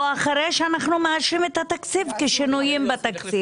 אחרי שאנחנו מאשרים את התקציב כשינויים בתקציב?